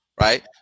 Right